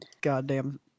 goddamn